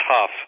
tough